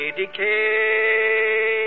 decay